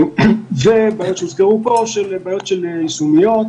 יש בעיות שהוזכרו פה, בעיות יישומיות